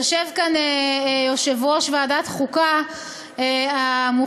יושב כאן יושב-ראש ועדת החוקה המוכשר.